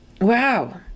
Wow